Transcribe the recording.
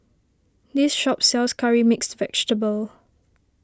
this shop sells Curry Mixed Vegetable